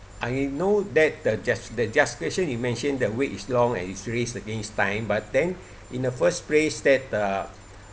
I know that the just~ the justification you mentioned the wait is long and is race against time but then in the first place that uh